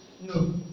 No